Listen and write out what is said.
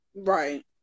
Right